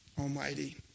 Almighty